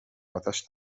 اتش